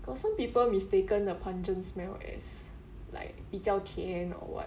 got some people mistaken the pungent smell as like 比较甜 or what